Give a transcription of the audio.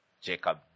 Jacob